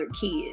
kids